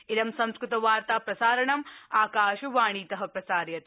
इद संस्कृतवार्ता प्रसारणम् आकाशवाणीतः प्रसार्यते